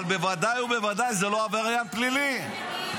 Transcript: -- אבל בוודאי ובוודאי זה לא עבריין פלילי.